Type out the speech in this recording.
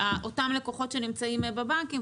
לאותם לקוחות שנמצאים בבנקים,